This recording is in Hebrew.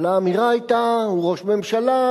אבל האמירה היתה: הוא ראש ממשלה,